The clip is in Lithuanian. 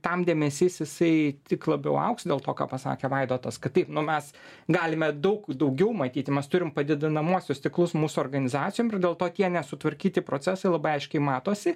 tam dėmesys jisai tik labiau augs dėl to ką pasakė vaidotas kad taip nu mes galime daug daugiau matyti mes turim padidinamuosius stiklus mūsų organizacijom ir dėl to tie nesutvarkyti procesai labai aiškiai matosi